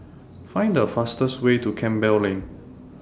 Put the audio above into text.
Find The fastest Way to Campbell Lane